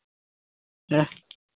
ᱦᱮᱸ